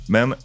Men